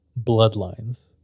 bloodlines